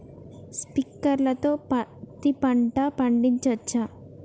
Sprinkler తో పత్తి పంట పండించవచ్చా?